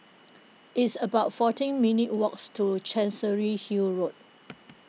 it's about fourteen minutes' walks to Chancery Hill Road